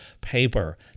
paper